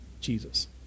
Jesus